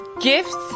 gifts